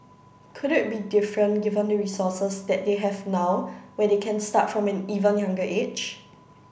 could it be different given the resources that they have now where they can start from an even younger age